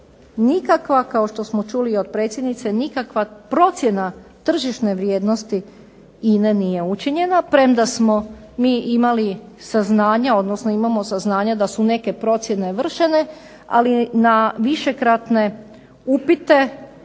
nikakva, kao što smo čuli i od predsjednice, nikakva procjena tržišne vrijednosti INA-e nije učinjena, premda smo mi imali saznanja, odnosno imamo saznanja da su neke procjene vršene, ali na višekratne upite